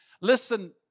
Listen